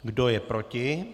Kdo je proti?